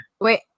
wait